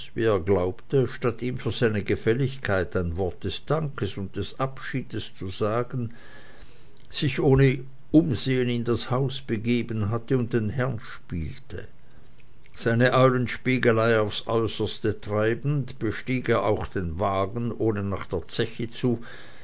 wie er glaubte statt ihm für seine gefälligkeit ein wort des dankes und des abschiedes zu sagen sich ohne umsehen in das haus begeben hatte und den herren spielte seine eulenspiegelei aufs äußerste treibend bestieg er auch den wagen ohne nach der zeche für